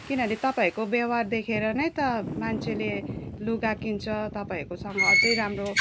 किनभने तपाईँको व्यवहार देखेरै नै त मान्छेले लुगा किन्छ तपाईँहरूको सँग अझै राम्रो